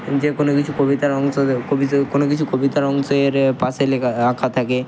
যে কোনও কিছু কবিতার অংশ কোনও কিছু কবিতার অংশের পাশে লেখা আঁকা থাকে